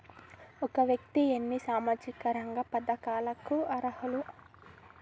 ఒక వ్యక్తి ఎన్ని సామాజిక రంగ పథకాలకు అర్హులు?